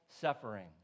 suffering